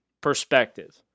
perspective